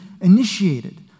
initiated